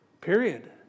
Period